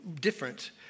different